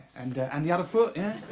and and the other foot, yeah?